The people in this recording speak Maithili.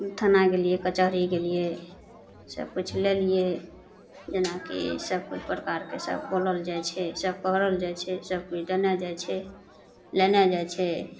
थाना गेलिए कचहरी गेलिए सबकिछु लेलिए जेनाकि सबकिछु प्रकारके सब बोलल जाइ छै सभके भरल जाइ छै सभकोइ देने जाइ छै लेने जाइ छै